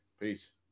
Peace